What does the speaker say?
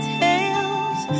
tales